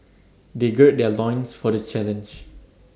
they gird their loins for the challenge